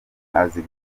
azi